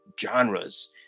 genres